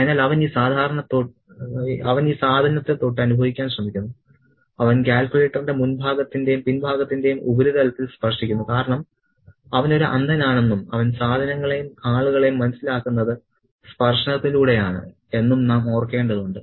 അതിനാൽ അവൻ ഈ സാധനത്തെ തൊട്ട് അനുഭവിക്കാൻ ശ്രമിക്കുന്നു അവൻ കാൽക്കുലേറ്ററിന്റെ മുൻഭാഗത്തിന്റെയും പിൻഭാഗത്തിന്റെയും ഉപരിതലത്തിൽ സ്പർശിക്കുന്നു കാരണം അവൻ ഒരു അന്ധനാണെന്നും അവൻ സാധനങ്ങളെയും ആളുകളെയും മനസ്സിലാക്കുന്നത് സ്പർശിക്കുന്നതിലൂടെ ആണ് എന്നും നാം ഓർക്കേണ്ടതുണ്ട്